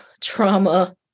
trauma